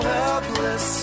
helpless